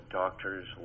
doctors